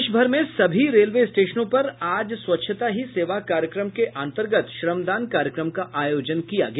देशभर में सभी रेलवे स्टेशनों पर आज स्वच्छता ही सेवा कार्यक्रम के अंतर्गत श्रमदान कार्यक्रम का आयोजन किया गया